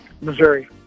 Missouri